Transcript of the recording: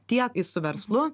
tiek su verslu